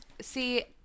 See